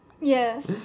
Yes